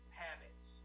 habits